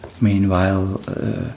meanwhile